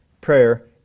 prayer